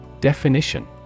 Definition